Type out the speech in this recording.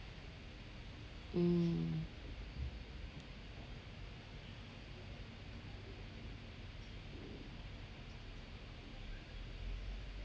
mm